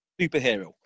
superhero